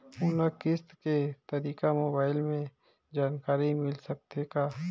मोला किस्त के तारिक मोबाइल मे जानकारी मिल सकथे का?